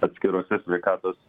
atskirose sveikatos